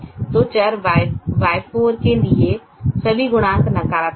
तो चर Y4 के लिए सभी गुणांक नकारात्मक हैं